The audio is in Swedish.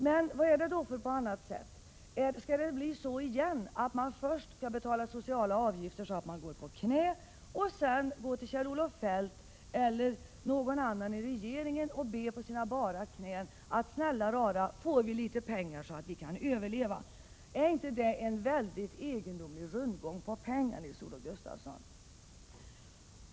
Men vilket annat sätt är det då fråga om? Skall det återigen bli så att man först skall betala sociala avgifter tills man går på knä och sedan får gå till Kjell-Olof Feldt eller någon annan i regeringen och be på sina bara knän: Snälla rara, får vi litet pengar så att vi kan överleva? Är inte detta en mycket egendomlig rundgång på pengar, Nils-Olof Gustafsson?